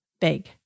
big